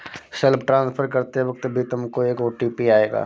self transfer करते वक्त भी तुमको एक ओ.टी.पी आएगा